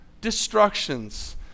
destructions